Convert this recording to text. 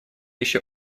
еще